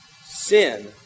Sin